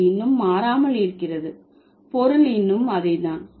அது இன்னும் மாறாமல் இருக்கிறது பொருள் இன்னும் அதே தான்